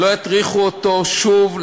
שלא יטריחו אותו שוב,